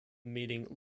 meeting